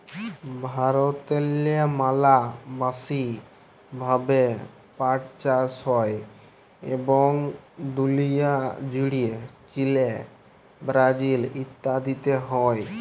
ভারতেল্লে ম্যালা ব্যাশি ভাবে পাট চাষ হ্যয় এবং দুলিয়া জ্যুড়ে চিলে, ব্রাজিল ইত্যাদিতে হ্যয়